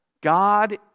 God